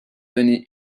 donnés